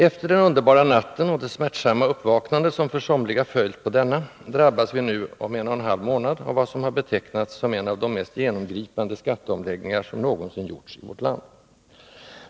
Efter den underbara natten — och det smärtsamma uppvaknande som för somliga följt på denna — drabbas vi nu om en och en halv månad av vad som har betecknats som en av de mest genomgripande skatteomläggningar som någonsin har gjorts i vårt land.